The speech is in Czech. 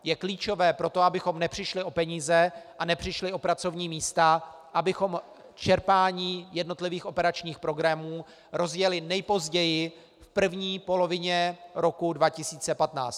Je to klíčové proto, abychom nepřišli o peníze a nepřišli o pracovní místa, abychom čerpání jednotlivých operačních programů rozjeli nejpozději v první polovině roku 2015.